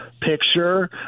picture